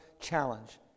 challenge